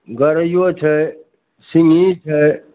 गरैयो छै सिङ्गघी छै